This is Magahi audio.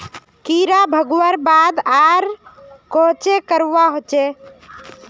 कीड़ा भगवार बाद आर कोहचे करवा होचए?